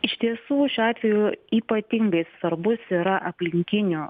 iš tiesų šiuo atveju ypatingai svarbus yra aplinkinių